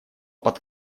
под